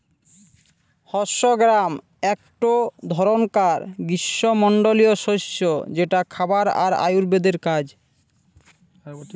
horse gram একটো ধরণকার গ্রীস্মমন্ডলীয় শস্য যেটা খাবার আর আয়ুর্বেদের কাজ